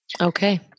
Okay